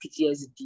PTSD